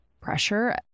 pressure